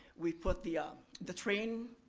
we put the um the train,